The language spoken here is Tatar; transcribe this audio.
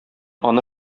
аны